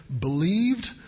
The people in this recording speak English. believed